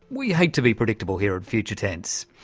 we hate to be predictable here at future tense.